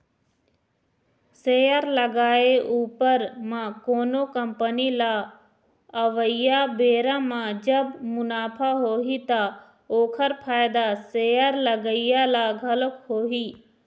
share लगाए उपर म कोनो कंपनी ल अवइया बेरा म जब मुनाफा होही ता ओखर फायदा शेयर लगइया ल घलोक होही